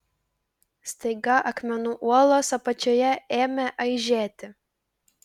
staiga akmenų uolos apačioje ėmė aižėti